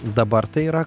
dabar tai yra